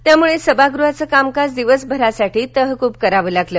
त्यामुळे सभागृहाचं कामकाज दिवसभरासाठी तहकुब करावं लागलं